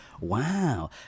Wow